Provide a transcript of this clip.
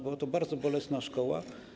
Była to bardzo bolesna szkoła.